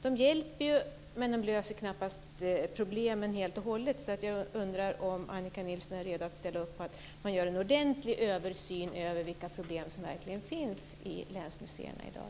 De hjälper, men de löser knappast problemen helt och hållet. Därför undrar jag om Annika Nilsson är redo att ställa upp på att man gör en ordentlig översyn av vilka problem som verkligen finns i länsmuseerna i dag.